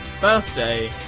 birthday